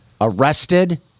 arrested